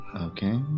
Okay